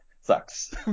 sucks